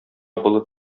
болыт